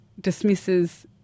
dismisses